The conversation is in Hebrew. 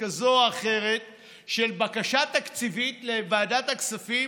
כזו או אחרת של בקשה תקציבית לוועדת הכספים,